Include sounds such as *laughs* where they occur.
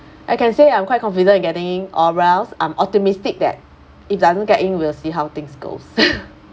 I can say I'm quite confident in getting I'm optimistic that if doesn't get in we'll see how things go *laughs*